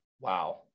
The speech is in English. wow